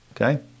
Okay